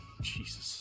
Jesus